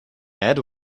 had